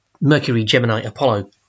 Mercury-Gemini-Apollo